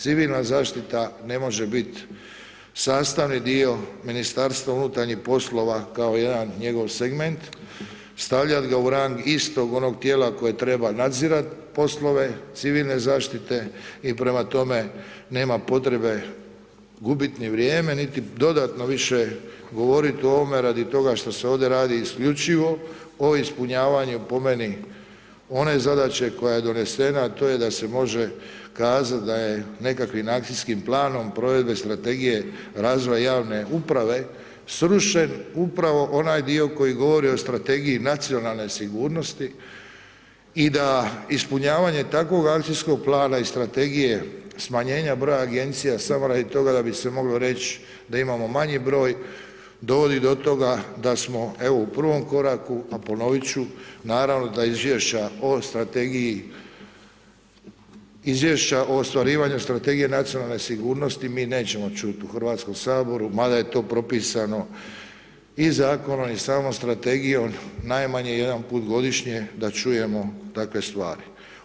Civilna zaštita ne može biti sastavni dio MUP-a kao jedan njegov segment, stavljat ga u rang istog onog tijela koje treba nadzirat poslove civilne zaštite i prema tome, nema potrebe gubit ni vrijeme ni dodatno više govoriti o ovome radi toga što se ovdje radi isključivo o ispunjavanju po meni, one zadaće koja je donesena a to je da se može kazat da je nekakvim akcijskim planom provedbe strategije razvoja javne uprave, srušen upravo onaj dio koji govori o strategiji nacionalne sigurnosti i da ispunjavanje takvog akcijskog plana i strategije smanjenja broja agencija samo radi toga da bi se moglo reći da imamo manji broj, dovodi do toga da smo u prvom koraku a ponoviti ću, naravno da iz izvješća o ostvarivanju strategije nacionalne sigurnosti mi nećemo čuti u Hrvatskom saboru, mada je to propisano iz zakonom i samom strategijom najmanje jedanput godišnje da čujemo takve stvari.